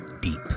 Deep